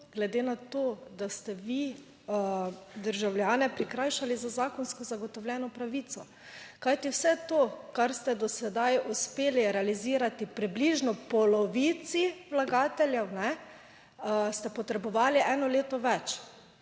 glede na to, da ste vi državljane prikrajšali za zakonsko zagotovljeno pravico. Kajti vse to, kar ste do sedaj uspeli realizirati približno polovici vlagateljev, ste potrebovali eno leto več.